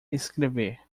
escrever